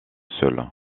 seuls